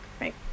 right